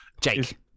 Jake